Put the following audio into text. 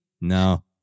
No